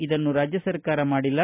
ಇದನ್ನು ರಾಜ್ಯ ಸರ್ಕಾರ ಮಾಡಿಲ್ಲ